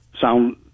sound